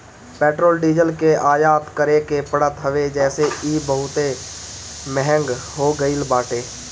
petrol diesel कअ आयात करे के पड़त हवे जेसे इ बहुते महंग हो गईल बाटे